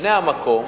בני המקום,